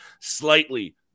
slightly